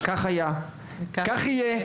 כך היה וכך יהיה.